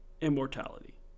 immortality